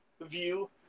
view